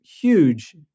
huge